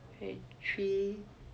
twenty three